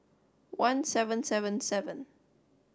one seven seven seven